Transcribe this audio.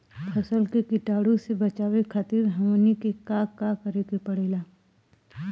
फसल के कीटाणु से बचावे खातिर हमनी के का करे के पड़ेला?